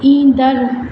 ईंदड़